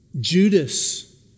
Judas